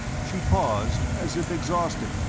she paused as if exhausted,